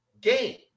game